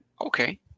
Okay